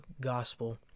gospel